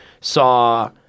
saw